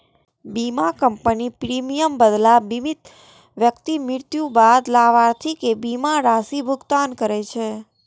बीमा कंपनी प्रीमियमक बदला बीमित व्यक्ति मृत्युक बाद लाभार्थी कें बीमा राशिक भुगतान करै छै